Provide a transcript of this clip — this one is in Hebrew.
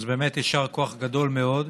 אז באמת יישר כוח גדול מאוד.